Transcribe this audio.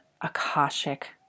akashic